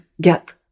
get